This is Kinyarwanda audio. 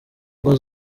ngo